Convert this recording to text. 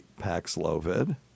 Paxlovid